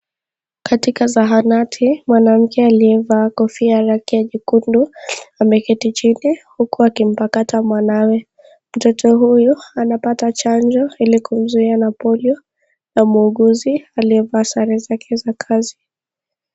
Katika zahanati mwanamke aliyevaa kofia ya rangi ya nyekundu ameketi chini, huku akimpapata mwanawe, mtoto huyu anapata chanjo ili kumzuia na polio, na muuguzi aliye vaa sare zake za kazi.